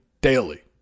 Daily